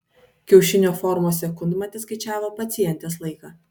kiaušinio formos sekundmatis skaičiavo pacientės laiką